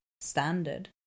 standard